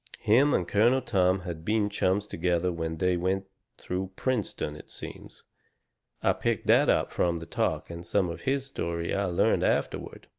him and colonel tom had been chums together when they went through princeton, it seems i picked that up from the talk and some of his story i learned afterward.